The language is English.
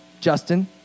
Justin